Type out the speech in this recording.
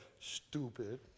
stupid